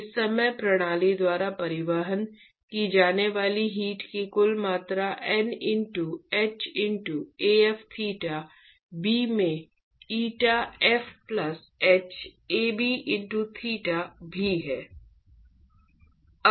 इस समग्र प्रणाली द्वारा परिवहन की जाने वाली हीट की कुल मात्रा N into h into Af theta b में eta f plus h Ab into theta b में है